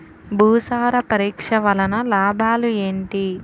భూసార పరీక్ష వలన లాభాలు ఏంటి?